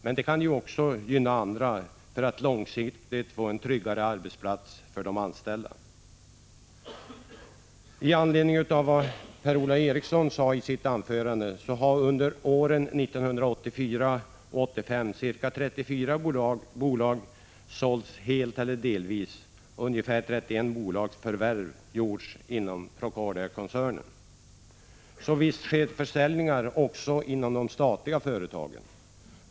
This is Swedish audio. Men detta kan ju också gynna andra och långsiktigt ge de anställda en tryggare arbetsplats. Under åren 1984 och 1985 har ca 34 bolag sålts helt eller delvis, och ungefär 31 bolagsförvärv har gjorts inom bara Procordiakoncernen. Så visst sker försäljning också av statliga företag.